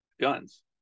guns